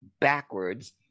backwards